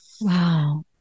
wow